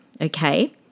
okay